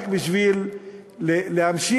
רק בשביל להמשיך,